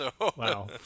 Wow